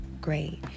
great